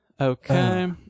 Okay